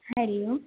हरिः ओम्